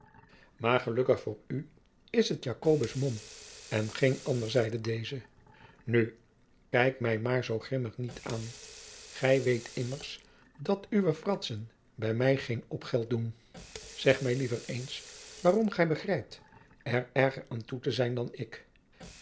maar gelukkig voor u is het jacobus mom en geen ander zeide deze nu kijk mij maar zoo grimmig niet aan gij weet immers dat uwe fratsen bij mij geen opgeld doen zeg mij liever eens waarom gij begrijpt er erger aan toe te zijn dan ik